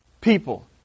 people